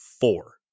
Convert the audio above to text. four